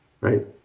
Right